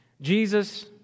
Jesus